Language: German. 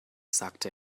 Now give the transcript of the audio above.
sagt